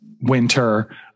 winter